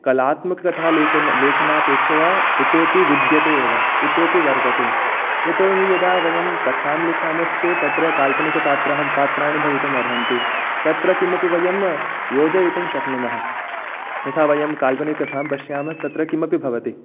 कलात्मकथा लेखन लेखनापेक्षया इतोऽपि विद्यते एव इतोऽपि वर्धते यतोहि यदा वयं कथां लिखामश्चेत् तत्र काल्पनिकपात्राः पात्राणि भवितुमर्हन्ति तत्र किमपि वयं योजयितुं शक्नुमः यथा वयं काल्पनिककथां पश्यामस्तत्र किमपि भवति